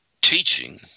teaching